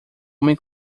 homem